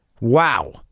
Wow